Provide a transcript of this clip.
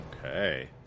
Okay